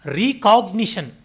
recognition